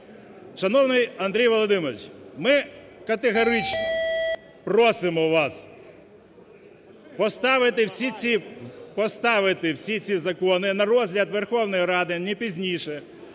Шановний Андрій Володимирович! Ми категорично просимо вас поставити всі ці закони на розгляд Верховної Ради не пізніше